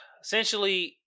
Essentially